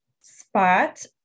spot